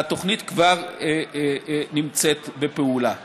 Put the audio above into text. והתוכנית כבר נמצאת בפעולה.